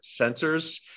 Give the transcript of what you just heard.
sensors